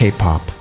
K-pop